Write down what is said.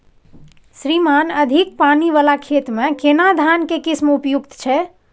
श्रीमान अधिक पानी वाला खेत में केना धान के किस्म उपयुक्त छैय?